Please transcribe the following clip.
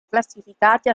classificati